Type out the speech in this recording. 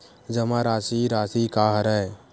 जमा राशि राशि का हरय?